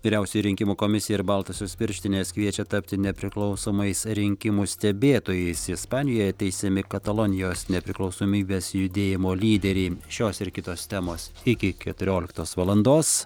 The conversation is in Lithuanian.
vyriausioji rinkimų komisija ir baltosios pirštinės kviečia tapti nepriklausomais rinkimų stebėtojais ispanijoje teisiami katalonijos nepriklausomybės judėjimo lyderiai šios ir kitos temos iki keturioliktos valandos